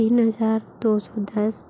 तीन हजार दो सौ दस